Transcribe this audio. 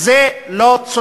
אם 16%,